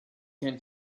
can